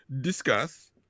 discuss